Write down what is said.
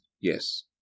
Yes